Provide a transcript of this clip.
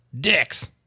dicks